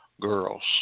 girls